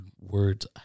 Words